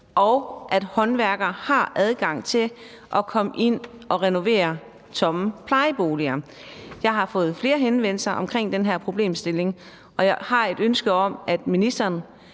og at håndværkere har adgang til at komme ind og renovere tomme plejeboliger. Jeg har fået flere henvendelser om den her problemstilling, og jeg har et ønske om, at ministeren